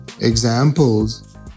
examples